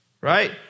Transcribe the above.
right